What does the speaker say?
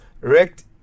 wrecked